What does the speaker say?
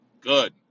Good